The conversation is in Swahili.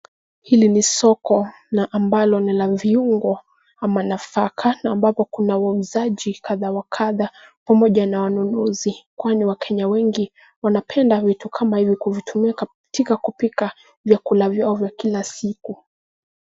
Hili ni soko na ambalo ni la viungo ama nafaka, na ambapo kuna wauzaji kadha wa kadha pamoja na wanunuzi. Kwani wakenya wengi wanapenda vitu kama hivi kuvitumia katika kupika vyakula vyao vya kila siku.